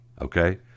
Okay